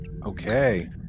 okay